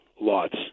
lots